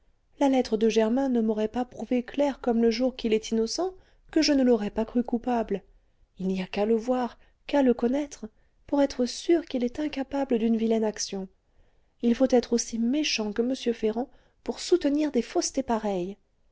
la lettre de germain ne m'aurait pas prouvé clair comme le jour qu'il est innocent que je ne l'aurais pas cru coupable il n'y qu'à le voir qu'à le connaître pour être sûr qu'il est incapable d'une vilaine action il faut être aussi méchant que m ferrand pour soutenir des faussetés pareilles